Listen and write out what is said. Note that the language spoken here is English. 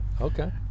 Okay